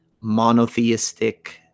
monotheistic